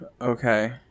Okay